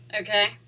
Okay